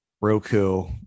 roku